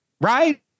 right